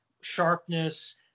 sharpness